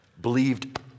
believed